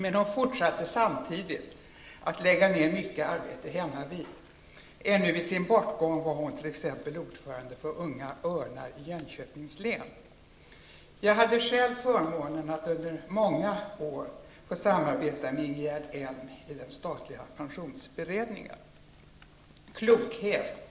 Men hon fortsatte samtidigt att lägga ned mycket arbete hemmavid; ännu vid sin bortgång var hon t.ex. ordförande för Unga örnar i Jag hade själv förmånen att under många år få samarbeta med Ingegerd Elm i den statliga pensionsberedningen. Klokhet,